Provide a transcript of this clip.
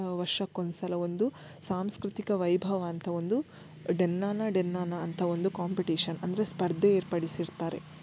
ವರ್ಷಕ್ಕೊಂದ್ಸಲ ಒಂದು ಸಾಂಸ್ಕೃತಿಕ ವೈಭವ ಅಂತ ಒಂದು ಡೆನ್ನಾನ ಡೆನ್ನಾನ ಅಂತ ಒಂದು ಕಾಂಪಿಟೀಷನ್ ಅಂದರೆ ಸ್ಪರ್ಧೆ ಏರ್ಪಡಿಸಿರ್ತಾರೆ